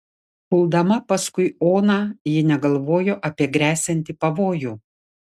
puldama paskui oną ji negalvojo apie gresiantį pavojų